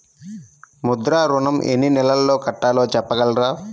ముద్ర ఋణం ఎన్ని నెలల్లో కట్టలో చెప్పగలరా?